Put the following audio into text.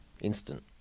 instant